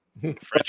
French